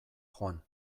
joan